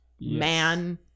man